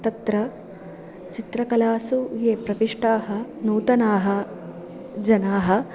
तत्र चित्रकलासु ये प्रविष्टाः नूतनाः जनाः